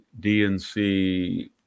DNC